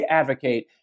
advocate